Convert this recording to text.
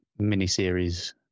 miniseries